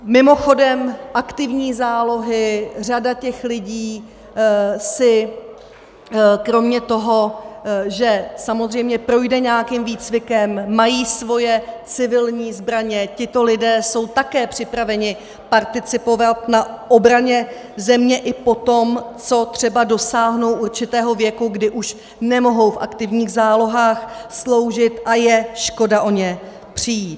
Mimochodem, aktivní zálohy, řada těch lidí si kromě toho, že samozřejmě projde nějakým výcvikem, mají svoje civilní zbraně, tito lidé jsou také připraveni participovat na obraně země i poté, co třeba dosáhnou určitého věku, kdy už nemohou v aktivních zálohách sloužit, a je škoda o ně přijít.